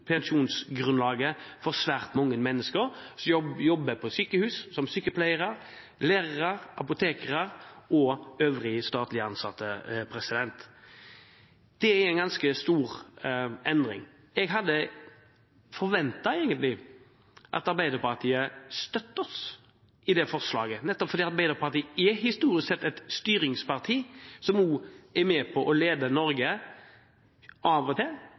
pensjonsgrunnlaget for svært mange mennesker som jobber på sykehus, som sykepleiere, lærere, apotekere og øvrige statlige ansatte. Det er en ganske stor endring. Jeg hadde egentlig forventet at Arbeiderpartiet støttet oss i det forslaget, nettopp fordi Arbeiderpartiet historisk sett er et styringsparti, som er med på å lede Norge av og til